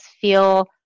feel